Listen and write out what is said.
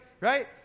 right